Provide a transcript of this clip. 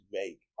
make